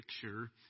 picture